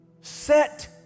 Set